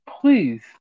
please